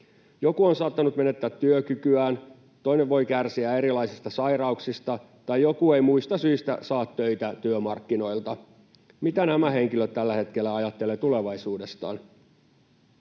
Joku on saattanut menettää työkykyään, toinen voi kärsiä erilaisista sairauksista, tai joku ei muista syistä saa töitä työmarkkinoilta. Mitä nämä henkilöt tällä hetkellä ajattelevat tulevaisuudestaan?